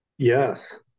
Yes